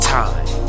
time